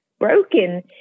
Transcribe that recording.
broken